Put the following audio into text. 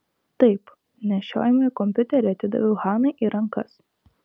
taip nešiojamąjį kompiuterį atidaviau hanai į rankas